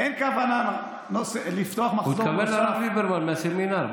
הוא התכוון לרב ליברמן מהסמינר.